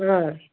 ꯑꯪ